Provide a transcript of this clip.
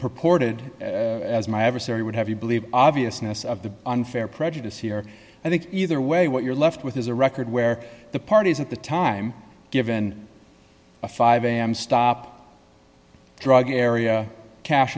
purported as my adversary would have you believe obviousness of the unfair prejudice here i think either way what you're left with is a record where the parties at the time given a five am stop drug area cash